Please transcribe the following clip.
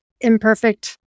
imperfect